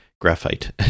graphite